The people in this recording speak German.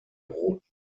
roten